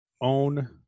own